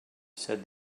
said